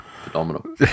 phenomenal